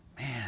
man